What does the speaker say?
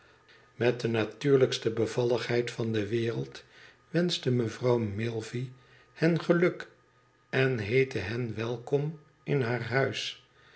met de natuurlijkste bevalligheid van de wereld wenschte mevrouw milvey hen geluk en heette hen welkom in haar huis